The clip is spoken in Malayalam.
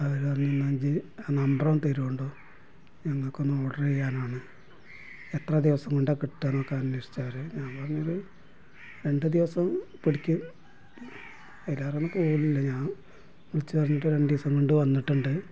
അവർ പറഞ്ഞു എന്നാ ഇജ്ജ് നമ്പറ് ഒന്ന് തരൂണ്ടോ ഞങ്ങൾക്ക് ഒന്ന് ഓർഡർ ചെയ്യാനാണ് എത്ര ദിവസം കൊണ്ടാ കിട്ടാന്നൊക്ക അനോഷിച്ചു അവർ ഞാൻ പറഞ്ഞു ഒരു രണ്ടു ദിവസം പിടിക്കും എല്ലാവരും പോണില്യ ഞാൻ വിളിച്ചു പറഞ്ഞിട്ട് രണ്ടീസം കൊണ്ട് വന്നിട്ടുണ്ട്